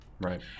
Right